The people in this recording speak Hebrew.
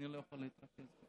אני לא יכול לדבר ככה.